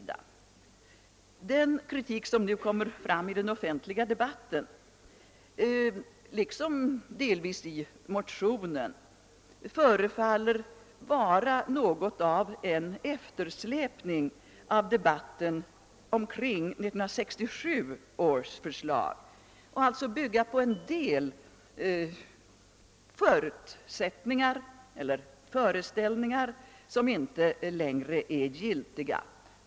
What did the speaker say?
Den kritik som nu kommer fram i den offentliga debatten, liksom delvis i motionen, förefaller delvis vara en eftersläpning av debatten om 1967 års förslag och alltså bygga på en del förutsättningar som inte längre är giltiga.